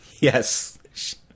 Yes